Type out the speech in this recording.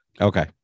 Okay